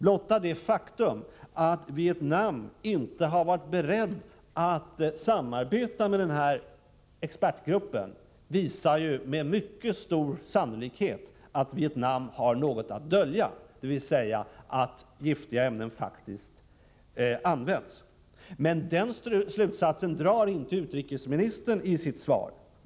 Enbart det faktum att Vietnam inte har varit berett att samarbeta med den här expertgruppen visar att Vietnam med mycket stor sannolikhet har något att dölja, dvs. att giftiga ämnen faktiskt används. Men den slutsatsen drar inte utrikesministern i sitt svar.